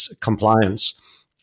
compliance